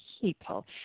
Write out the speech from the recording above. people